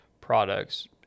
products